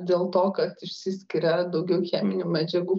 dėl to kad išsiskiria daugiau cheminių medžiagų